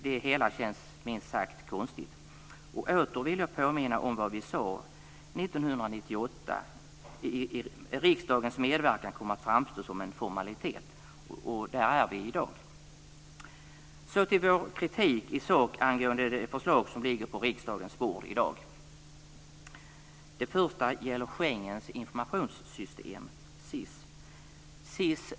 Det hela känns minst sagt konstigt. Åter vill jag påminna om vad vi sade år 1998: Riksdagens medverkan kommer att framstå som en formalitet. Där är vi i dag. Så till vår kritik i sak angående det förslag som ligger på riksdagens bord i dag. Den första gäller Schengensamarbetets informationssystem, SIS.